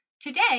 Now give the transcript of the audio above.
Today